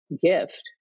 gift